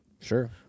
Sure